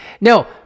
no